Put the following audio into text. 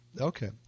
Okay